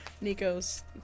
Nico's